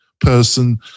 person